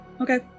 Okay